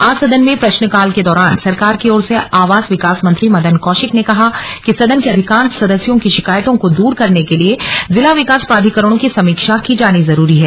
आज सदन में प्रश्नकाल के दौरान सरकार की ओर से आवास विकास मंत्री मदन कौशिक ने कहा कि सदन के अधिकांश सदस्यों की शिकायतों को दूर करने के लिए जिला विकास प्राधिकरणों की समीक्षा की जानी जरूरी है